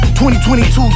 2022